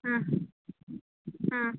ಹಾಂ ಹಾಂ